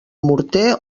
morter